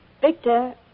Victor